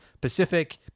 Pacific